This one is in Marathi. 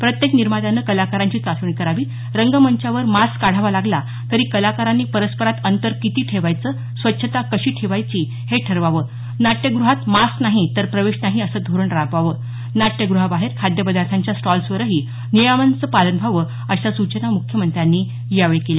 प्रत्येक निर्मात्यानं कलाकारांची चाचणी करावी रंगमंचावर मास्क काढावा लागला तरी कलाकारांनी परस्परात अंतर किती ठेवायचं स्वच्छता कशी ठेवायची हे ठरवावं नाट्यग्रहात मास्क नाही तर प्रवेश नाही असं धोरण राबवावं नाट्यग्रहाबाहेर खाद्यपदार्थांच्या स्टॉल्सवरही नियमांचं पालन व्हावं अशा सूचना मुख्यमंत्र्यांनी यावेळी केल्या